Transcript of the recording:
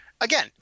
Again